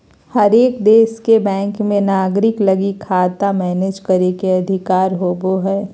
हरेक देश के बैंक मे नागरिक लगी खाता मैनेज करे के अधिकार होवो हय